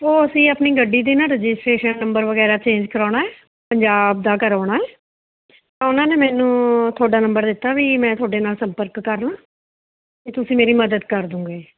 ਉਹ ਅਸੀਂ ਆਪਣੀ ਗੱਡੀ ਦੀ ਨਾ ਰਜਿਸਟ੍ਰੇਸ਼ਨ ਨੰਬਰ ਵਗੈਰਾ ਚੇਂਜ ਕਰਵਾਉਣਾ ਹੈ ਪੰਜਾਬ ਦਾ ਕਰਾਉਣਾ ਹੈ ਤਾਂ ਉਹਨਾਂ ਨੇ ਮੈਨੂੰ ਤੁਹਾਡਾ ਨੰਬਰ ਦਿੱਤਾ ਵੀ ਮੈਂ ਤੁਹਾਡੇ ਨਾਲ਼ ਸੰਪਰਕ ਕਰਲਾਂ ਅਤੇ ਤੁਸੀਂ ਮੇਰੀ ਮੱਦਦ ਕਰਦੂਂਗੇ